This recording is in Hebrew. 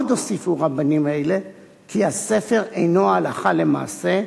עוד הוסיפו רבנים אלה כי הספר אינו הלכה למעשה,